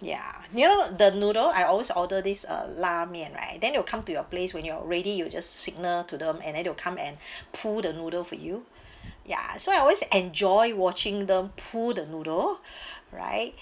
ya you know the noodle I always order this uh 拉面 right then it'll come to your place when you're ready you just signal to them and they'll come and pull the noodle for you ya so I always enjoy watching them pull the noodle right